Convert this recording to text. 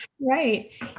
Right